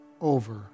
over